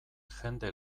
jende